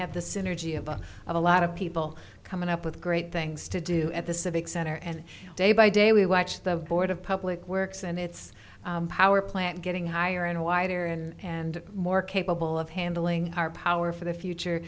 have the synergy of a lot of people coming up with great things to do at the civic center and day by day we watch the board of public works and its power plant getting higher and wider and more capable of handling our power for the future